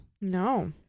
No